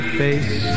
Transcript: face